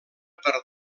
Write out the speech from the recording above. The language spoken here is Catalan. per